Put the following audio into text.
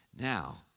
Now